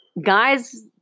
Guys